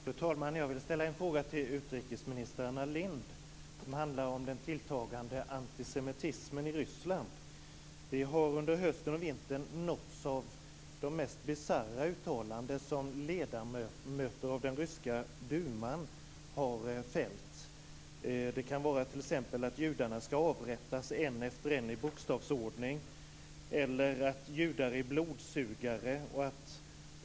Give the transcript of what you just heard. Fru talman! Jag vill till utrikesminister Anna Lindh ställa en fråga som handlar om den tilltagande antisemitismen i Ryssland. Under hösten och vintern har vi nåtts av de mest bisarra uttalanden som ledamöter av den ryska duman har fällt, t.ex. att judarna skall avrättas en efter en i bokstavsordning eller att judar är blodsugare.